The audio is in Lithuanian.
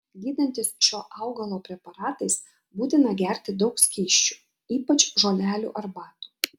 gydantis šio augalo preparatais būtina gerti daug skysčių ypač žolelių arbatų